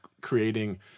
creating